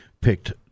picked